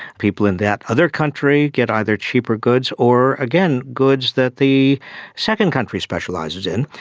people in that other country get either cheaper goods or, again, goods that the second country specialises in.